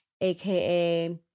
aka